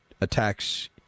attacks